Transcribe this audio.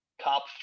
top